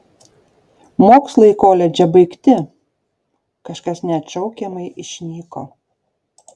mokslai koledže baigti kažkas neatšaukiamai išnyko